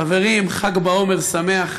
חברים, חג ל"ג בעומר שמח.